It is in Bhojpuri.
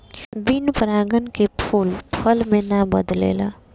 बिन परागन के फूल फल मे ना बदलेला